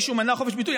מישהו מנע חופש ביטוי?